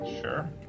Sure